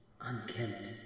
Unkempt